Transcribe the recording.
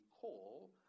call